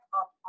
up